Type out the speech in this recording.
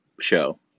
show